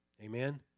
Amen